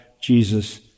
Jesus